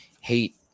hate